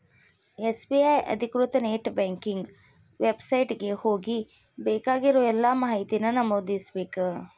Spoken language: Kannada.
ಎಸ್.ಬಿ.ಐ ಅಧಿಕೃತ ನೆಟ್ ಬ್ಯಾಂಕಿಂಗ್ ವೆಬ್ಸೈಟ್ ಗೆ ಹೋಗಿ ಬೇಕಾಗಿರೋ ಎಲ್ಲಾ ಮಾಹಿತಿನ ನಮೂದಿಸ್ಬೇಕ್